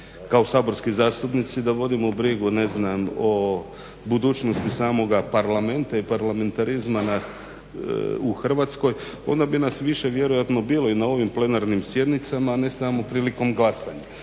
kao saborski zastupnici da vodimo brigu ne znam o budućnosti samoga Parlamenta i parlamentarizma u Hrvatskoj onda bi nas više vjerojatno bilo i na ovim plenarnim sjednicama, a ne samo prilikom glasanja.